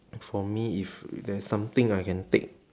for me if there's something I can take